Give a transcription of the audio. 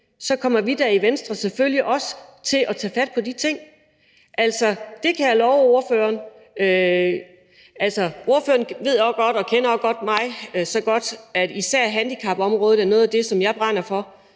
så kommer vi i Venstre da selvfølgelig også til at tage fat på de ting. Det kan jeg love ordføreren. Ordføreren kender mig godt nok til at vide, at især handicapområdet er noget af det, som jeg brænder for,